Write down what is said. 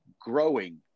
growing